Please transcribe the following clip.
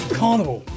carnival